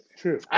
True